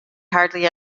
hardly